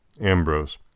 Ambrose